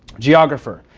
geographer.